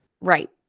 Right